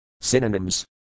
Synonyms